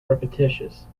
repetitious